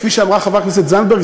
כפי שאמרה חברת הכנסת זנדברג,